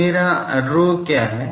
अब मेरा ρ क्या है